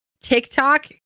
TikTok